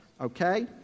okay